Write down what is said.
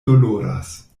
doloras